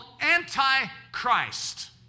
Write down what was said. anti-Christ